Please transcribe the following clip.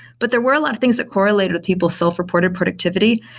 but there were a lot of things that correlated with people's self-reported productivity,